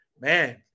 man